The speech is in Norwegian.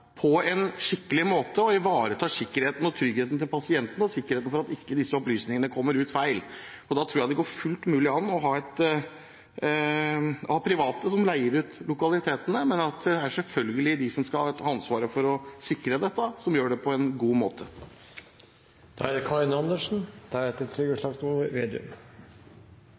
på en skikkelig måte, at man ivaretar sikkerheten og tryggheten til pasientene og sikrer at disse opplysningene ikke kommer ut på feil måte. Jeg tror det er fullt mulig å ha private som leier ut lokalitetene, men det er selvfølgelig de som skal ha ansvaret for å sikre dette, og de vil gjøre det på en god måte. Det